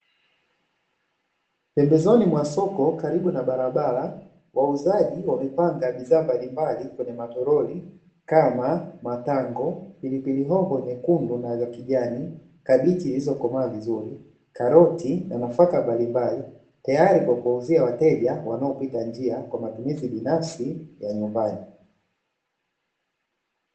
Pembezoni mwa soko karibu na barabara, wauzaji wamepanga bidhaa mbalimbali kwenye matoroli kama matango, pilipili hoho nyekundu na za kijani, kabichi zilizokomaa vizuri, karoti na nafaka mbalimbali tayari kwa kuwauzia wateja wanaopita njia kwa matumizi binafsi ya nyumbani.